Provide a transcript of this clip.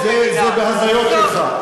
זה בהזיות שלך.